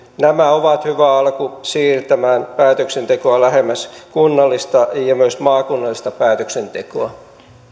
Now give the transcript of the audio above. nämä ovat hyvä alku siirtämään päätöksentekoa lähemmäs kunnallista ja myös maakunnallista päätöksentekoa